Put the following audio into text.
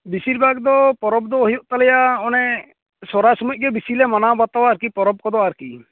ᱵᱤᱥᱤᱨ ᱵᱷᱟᱜ ᱫᱚ ᱯᱚᱨᱚᱵᱽ ᱫᱚ ᱦᱩᱭᱩᱜ ᱛᱟᱞᱮᱭᱟ ᱚᱱᱮ ᱥᱚᱨᱦᱟᱭ ᱥᱚᱢᱚᱭ ᱜᱮ ᱵᱤᱥᱤ ᱞᱮ ᱢᱟᱱᱟᱣ ᱵᱟᱛᱟᱣᱟ ᱟᱨᱠᱤ ᱯᱚᱨᱚᱵᱽ ᱠᱚᱫᱚ ᱟᱨᱠᱤ